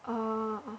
oh